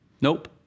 Nope